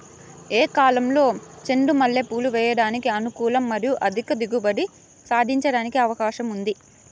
ఏ కాలంలో చెండు మల్లె పూలు వేయడానికి అనుకూలం మరియు అధిక దిగుబడి సాధించడానికి అవకాశం ఉంది?